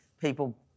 people